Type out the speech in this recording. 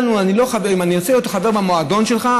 אם אני ארצה להיות חבר במועדון שלך,